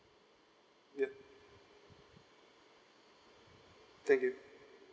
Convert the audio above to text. yup thank you